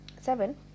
Seven